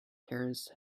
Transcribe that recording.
terence